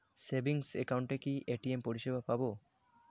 Savings একাউন্টে কি ATM পরিসেবা পাব?